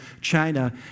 China